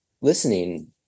listening